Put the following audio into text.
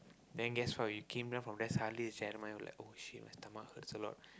then guess what we came down from Jeremiah oh shit my stomach hurts a lot